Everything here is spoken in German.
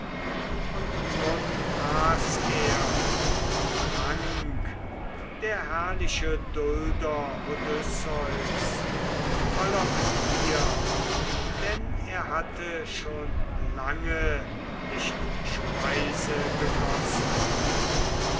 und nun aß er und trank der herrliche dulder odysseus voller begier denn er hatte schon lange nicht speise gekostet